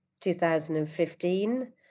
2015